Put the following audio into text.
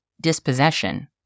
dispossession